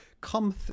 come